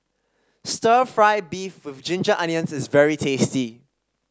stir fry beef with Ginger Onions is very tasty